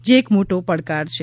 જે એક મોટો પડકાર છે